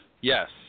yes